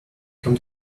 from